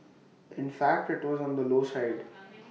in fact IT was on the low side